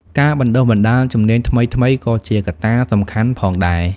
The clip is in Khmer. ការបណ្ដុះបណ្ដាលជំនាញថ្មីៗក៏ជាកត្តាសំខាន់ផងដែរ។